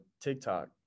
tiktok